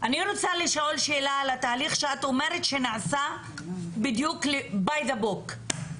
אני רוצה לשאול שאלה על התהליך שאת אומרת שנעשה בדיוק לפי הספר,